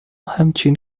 همچین